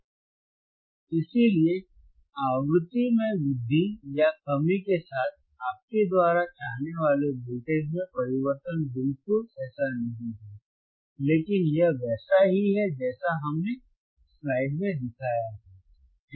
और इसीलिए आवृत्ति में वृद्धि या कमी के साथ आपके द्वारा चाहने वाले वोल्टेज में परिवर्तन बिल्कुल ऐसा नहीं है लेकिन यह वैसा ही है जैसा हमने स्लाइड में दिखाया है ठीक है